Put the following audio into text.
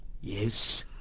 yes